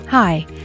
Hi